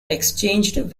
exchanged